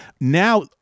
Now